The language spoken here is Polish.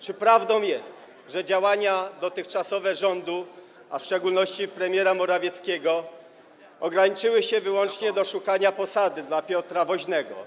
Czy prawdą jest, że dotychczasowe działania rządu, a w szczególności premiera Morawieckiego, ograniczyły się wyłącznie do szukania posady dla Piotra Woźnego?